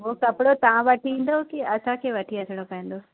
हो कपिड़ो तव्हां वठी ईंदव की असांखे वठी अचिणो पवंदो